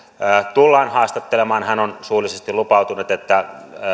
tullaan haastattelemaan hän on suullisesti lupautunut että